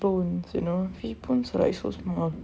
bones you know fish bones are like so small